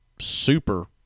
super